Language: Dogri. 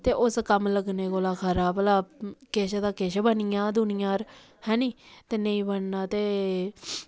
ते उस कम्म लगने कोला खरा भलां किश दा किश बनिया दुनिया पर हैनी नेईं बनना ते